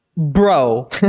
bro